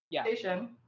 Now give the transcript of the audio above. station